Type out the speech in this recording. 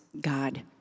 God